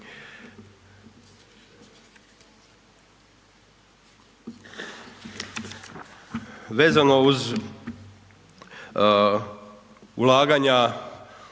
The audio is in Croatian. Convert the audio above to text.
Vezano uz ulaganja